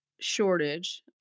shortage